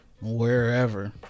wherever